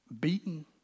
beaten